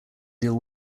deal